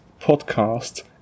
podcast